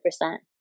percent